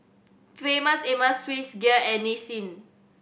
Famous Amos Swissgear and Nissin